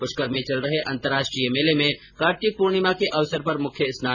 पुष्कर में चल रहे अंतर्राष्ट्रीय मेले में कार्तिक पूर्णिमा के अवसर पर मुख्य स्नान हो रहा है